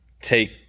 take